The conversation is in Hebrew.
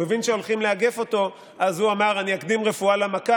הוא הבין שהולכים לאגף אותו אז הוא אמר: אני אקדים רפואה למכה